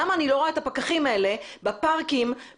למה אני לא רואה את הפקחים האלה בפארקים בחופים